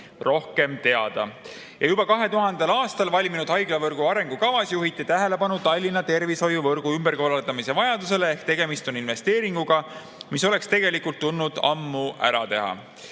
rohkem teada. Juba 2000. aastal valminud haiglavõrgu arengukavas juhiti tähelepanu Tallinna tervishoiuvõrgu ümberkorraldamise vajadusele. Ehk tegemist on investeeringuga, mis oleks tegelikult tulnud ammu ära teha.